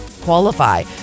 qualify